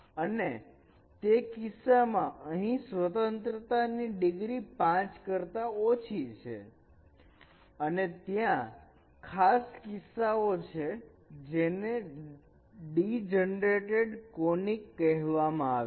અને તે કિસ્સામાં અહીં સ્વતંત્રતા ની ડિગ્રી 5 કરતા ઓછી છે અને ત્યાં ખાસ કિસ્સાઓ છે જેને ડિજનરેટેડ કોનીક કહેવામાં આવે છે